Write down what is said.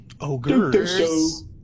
ogres